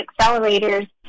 accelerators